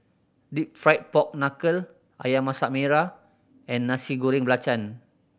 Deep Fried Pork Knuckle Ayam Masak Merah and Nasi Goreng Belacan